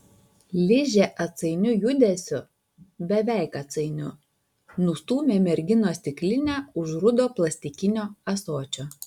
ližė atsainiu judesiu beveik atsainiu nustūmė merginos stiklinę už rudo plastikinio ąsočio